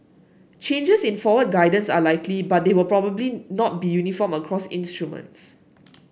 changes in forward guidance are likely but they will probably not be uniform across instruments